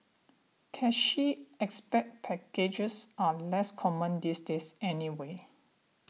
cushy expat packages are less common these days anyway